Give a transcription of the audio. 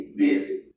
busy